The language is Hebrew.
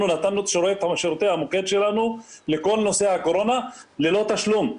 אנחנו נתנו את שירותי המוקד שלנו לכל נושא הקורונה ללא תשלום,